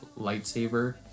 lightsaber